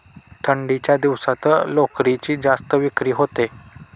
थंडीच्या दिवसात लोकरीची जास्त विक्री होते